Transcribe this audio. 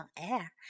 Air